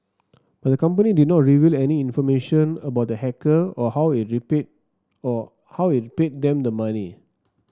but the company did not reveal any information about the hacker or how it rapid or how it paid them the money